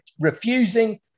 refusing